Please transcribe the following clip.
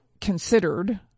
considered